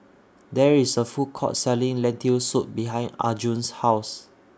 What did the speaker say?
There IS A Food Court Selling Lentil Soup behind Arjun's House